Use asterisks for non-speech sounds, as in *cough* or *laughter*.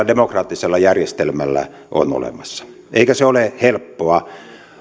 *unintelligible* demokraattisella järjestelmällä on olemassa eikä se ole helppoa